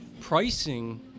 Pricing